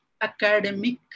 academic